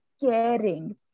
caring